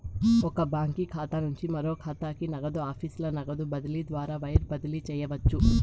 ఒక బాంకీ ఖాతా నుంచి మరో కాతాకి, నగదు ఆఫీసుల నగదు బదిలీ ద్వారా వైర్ బదిలీ చేయవచ్చు